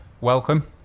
welcome